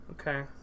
Okay